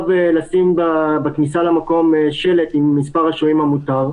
לשים בכניסה למקום שלט עם מספר השוהים המותר.